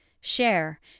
share